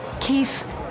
Keith